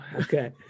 okay